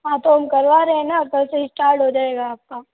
हाँ तो हम करवा रहे न कल से स्टार्ट हो जाएगा आपका